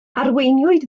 arweiniwyd